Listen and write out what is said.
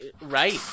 right